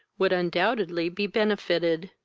would undoubtedly be benefited.